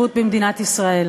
פסול,